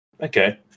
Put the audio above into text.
Okay